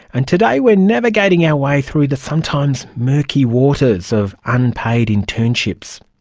and today we're navigating our way through the sometimes murky waters of unpaid internships.